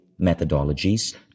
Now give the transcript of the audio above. methodologies